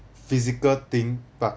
physical thing but